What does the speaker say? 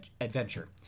adventure